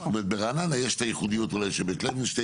זאת אומרת ברעננה יש את הייחודיות אולי של בית לוינשטיין.